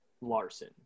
Larson